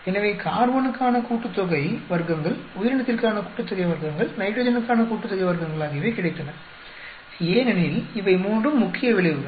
எனவே கார்பனுக்கான கூட்டுத்தொகை வர்க்கங்கள் உயிரினத்திற்கான கூட்டுத்தொகை வர்க்கங்கள் நைட்ரஜனுக்கான கூட்டுத்தொகை வர்க்கங்கள் ஆகியவை கிடைத்தன ஏனெனில் இவை மூன்றும் முக்கிய விளைவுகள்